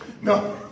No